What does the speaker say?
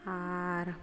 ᱟᱨ